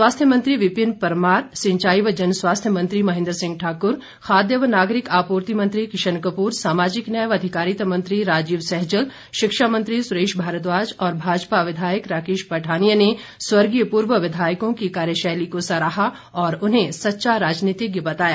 स्वास्थ्य मंत्री विपिन परमार सिंचाई व जनस्वास्थ्य मंत्री महेन्द्र सिंह ठाकूर खाद्य व नागरिक आपूर्ति मंत्री किशन कपूर सामाजिक न्याय व अधिकारिता मंत्री राजीव सहजल शिक्षा मंत्री सुरेश भारद्वाज और भाजपा विधायक राकेश पठानिया ने स्वर्गीय पूर्व विधायकों की कार्यशैली को सराहा और उन्हें सच्चा राजनीतिज्ञ बताया